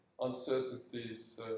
uncertainties